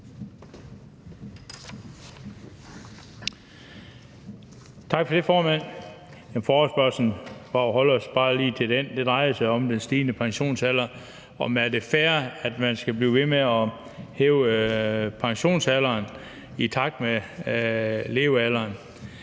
Tak for det, formand. Forespørgslen – for lige at holde os til den – drejer sig om den stigende pensionsalder, og om det er fair, at man skal blive ved med at hæve pensionsalderen i takt med levealderen.